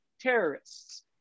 terrorists